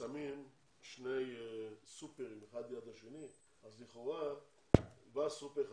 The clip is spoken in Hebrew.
כששמים שני סופרים אחד ליד השני, בא סופר חדש,